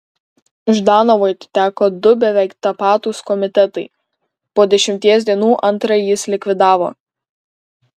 ždanovui atiteko du beveik tapatūs komitetai po dešimties dienų antrąjį jis likvidavo